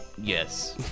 yes